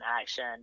action